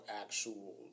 actual